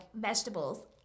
vegetables